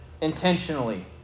intentionally